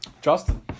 Justin